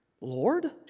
Lord